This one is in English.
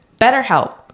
BetterHelp